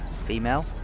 Female